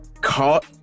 caught